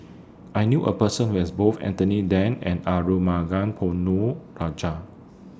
I knew A Person Who has Both Anthony Then and Arumugam Ponnu Rajah